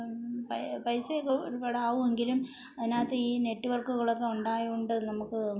പൈസയൊക്കെ ഒരുപാട് ആകുമെങ്കിലും അതിനകത്ത് ഈ ഈ നെറ്റ്വർക്കുകളൊന്നും ഉണ്ടായത് കൊണ്ട് നമുക്ക്